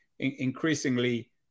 increasingly